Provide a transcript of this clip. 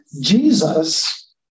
Jesus